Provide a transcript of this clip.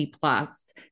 plus